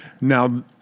Now